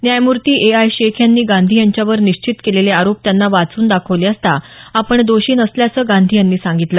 न्यायमूर्ती A I Sheikh यांनी गांधी यांच्यावर निश्चित केलेले आरोप त्यांना वाचून दाखवले असता आपण दोषी नसल्याचं गांधी यांनी सांगितलं